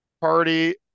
party